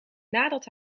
nadat